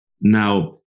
Now